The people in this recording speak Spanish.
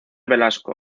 velasco